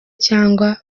cyangwa